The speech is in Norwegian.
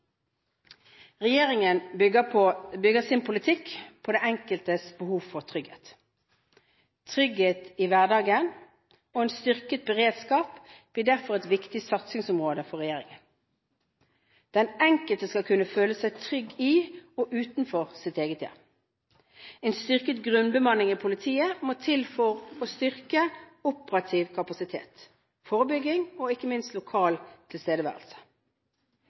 Regjeringen bygger sin politikk på den enkeltes behov for trygghet. Trygghet i hverdagen og en styrket beredskap blir derfor et viktig satsingsområde for regjeringen. Den enkelte skal kunne føle seg trygg i og utenfor sitt eget hjem. En styrket grunnbemanning i politiet må til for å styrke operativ kapasitet, forebygging og ikke minst lokal tilstedeværelse.